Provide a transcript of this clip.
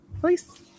please